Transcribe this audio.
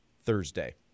Thursday